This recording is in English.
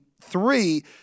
three